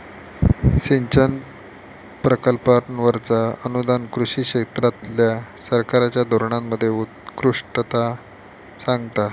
सिंचन प्रकल्पांवरचा अनुदान कृषी क्षेत्रातल्या सरकारच्या धोरणांमध्ये उत्कृष्टता सांगता